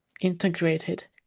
integrated